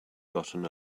gotten